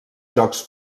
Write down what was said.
jocs